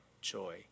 joy